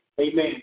Amen